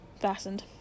fastened